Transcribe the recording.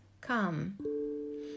come